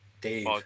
Dave